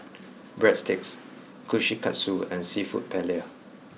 Breadsticks Kushikatsu and seafood Paella